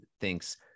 thinks